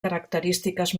característiques